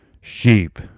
sheep